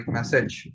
message